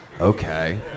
Okay